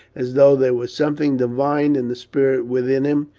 as though there was something divine in the spirit within him,